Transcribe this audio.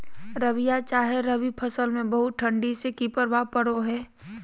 रबिया चाहे रवि फसल में बहुत ठंडी से की प्रभाव पड़ो है?